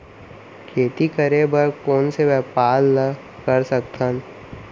खेती करे बर कोन से व्यापार ला कर सकथन?